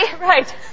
Right